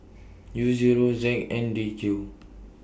U Zero Z N D Q